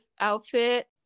outfit